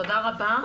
תודה רבה.